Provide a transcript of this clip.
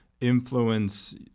influence